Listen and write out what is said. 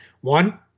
One